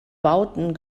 bauten